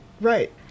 Right